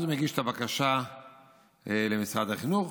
הוא מגיש את הבקשה למשרד החינוך,